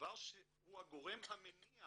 הדבר שהוא הגורם המניע